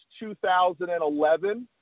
2011